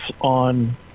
on